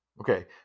Okay